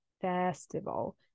festival